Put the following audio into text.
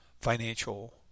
financial